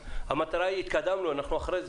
המטרה היא התקדמנו, אנחנו אחרי זה.